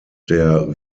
der